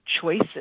choices